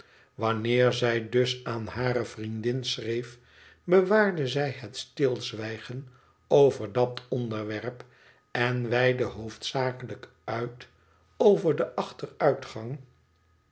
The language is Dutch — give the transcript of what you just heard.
wanneer zij dus aan hare vriendin schreef bewaarde zij het stilzwijgen over dat onderwerp en weidde hoofdzakelijk uit over den achteruitgang